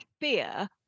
fear